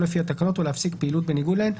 לפי התקנות או להפסיק פעילות בניגוד להן.